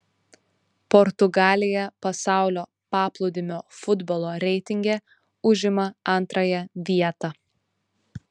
portugalija pasaulio paplūdimio futbolo reitinge užima antrąją vietą